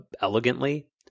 elegantly